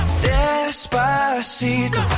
Despacito